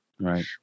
right